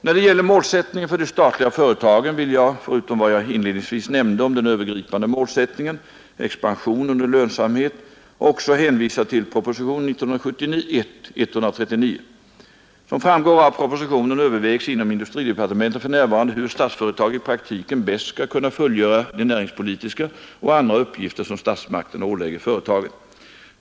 När det gäller målsättningen för de statliga företagen vill jag — förutom vad jag inledningsvis nämnde om den övergripande målsättningen, expansion under lönsamhet — också hänvisa till propositionen 1971:139. Som framgår av propositionen övervägs inom industridepartementet för närvarande hur Statsföretag i praktiken bäst skall kunna fullgöra de näringspolitiska och andra uppgifter som statsmakterna ålägger företaget.